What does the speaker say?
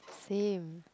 same